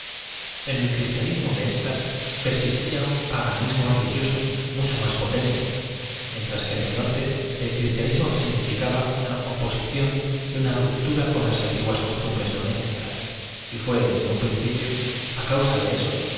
en el cristianismo de éstas persistía un paganismo religioso mucho máa potente mientras que en el norte el criatianismo significaba una oposición y una ruptura con las antiguas costum bres domésticas y fué desde un principio á causa de eso